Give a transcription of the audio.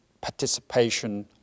participation